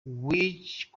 which